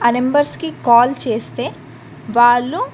ఆ నెంబర్స్కి కాల్ చేస్తే వాళ్ళు